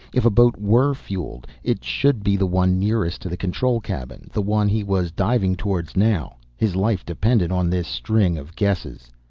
if a boat were fueled, it should be the one nearest to the control cabin. the one he was diving towards now. his life depended on this string of guesses.